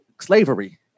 slavery